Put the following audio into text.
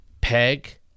Peg